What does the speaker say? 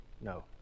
No